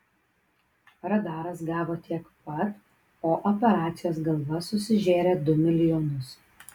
radaras gavo tiek pat o operacijos galva susižėrė du milijonus